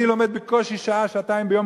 אני לומד בקושי שעה-שעתיים ביום.